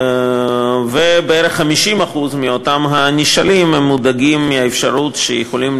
בערך 50% מאותם נשאלים מודאגים מהאפשרות שהם יכולים